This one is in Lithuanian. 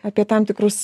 apie tam tikrus